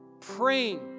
praying